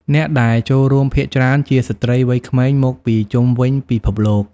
អ្នកដែលចូលរួមភាគច្រើនជាស្រ្តីវ័យក្មេងមកពីជុំវិញពិភពលោក។